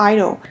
Idol